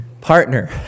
partner